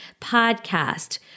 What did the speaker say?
Podcast